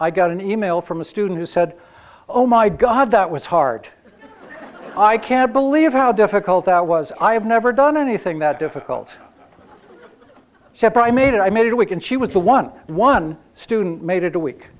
i got an email from a student who said oh my god that was hard i can't believe how difficult that was i have never done anything that difficult step i made i made a week and she was the one one student made a we